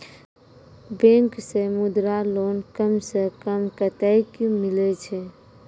Bank से Mudra loan कम सऽ कम कतैय मिलैय छै?